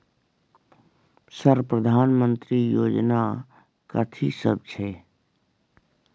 Sir प्रधानमंत्री योजना कथि सब छै?